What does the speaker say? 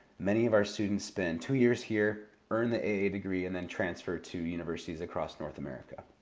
many of our students spend two years here, earn the a a. degree, and then transfer to universities across north america.